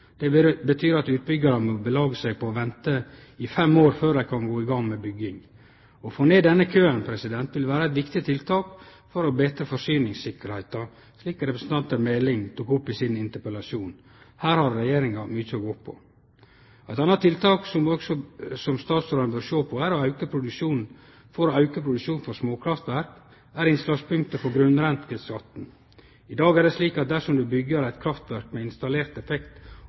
vil vere eit viktig tiltak for å betre forsyningssikkerheita, slik representanten Meling tok opp i sin interpellasjon. Her har Regjeringa mykje å gå på. Eit anna tiltak som statsråden bør sjå på for å auke produksjonen frå småkraftverk, er innslagspunktet for grunnrenteskatten. I dag er det slik at dersom du bygger eit kraftverk med installert effekt